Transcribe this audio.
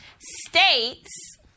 states